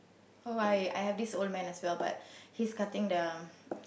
oh I I have this old man as well but he's cutting the